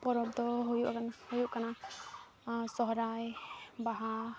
ᱯᱚᱨᱚᱵᱽ ᱫᱚ ᱦᱩᱭᱟ ᱠᱟᱱᱟ ᱦᱩᱭᱩᱜ ᱠᱟᱱᱟ ᱥᱚᱨᱦᱟᱭ ᱵᱟᱦᱟ